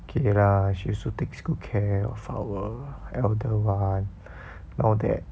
okay lah she also takes good care of our elder [one] now that